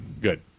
Good